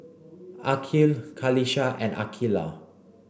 Aqil Qalisha and Aqeelah